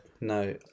No